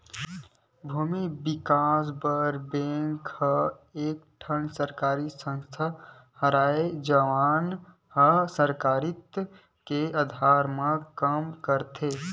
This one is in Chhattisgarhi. भूमि बिकास बर बेंक ह एक ठन सरकारी संस्था हरय, जउन ह सहकारिता के अधार म काम करथे